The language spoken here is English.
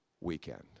weekend